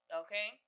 okay